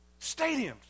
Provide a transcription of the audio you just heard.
Stadiums